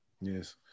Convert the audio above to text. Yes